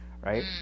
right